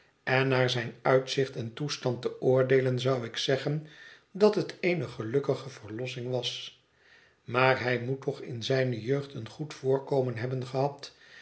en naar zijn uitzicht en toestand te oordeelen zou ik zeggen dat het eene gelukkige verlossing was maar hij moet toch in zijne jeugd een goed voorkomen hebben gehad